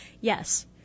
yes